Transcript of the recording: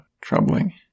troubling